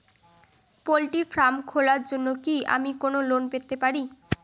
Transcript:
Poultry farm খোলার জন্য কি আমি লোন পেতে পারি?